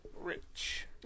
rich